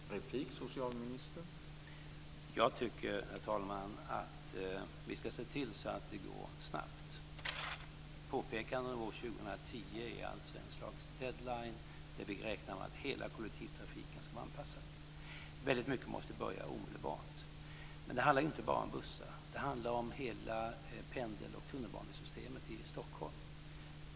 Herr talman! Jag tycker att vi ska se till att det går snabbt. År 2010 är ett slags deadline. Vi räknar med att hela kollektivtrafiken då ska vara anpassad. Väldigt mycket måste börja omedelbart, men det handlar inte bara om bussar. Det handlar om hela pendeltågsoch tunnelbanesystemet i Stockholm.